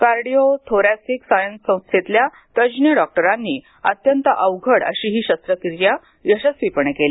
cardio thoracic science संस्थेतल्या तज्ज्ञ डॉक्टरांनी अत्यंत अवघड अशी ही शस्त्रक्रिया यशस्वीपणे केली